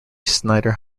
snyder